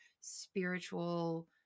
spiritual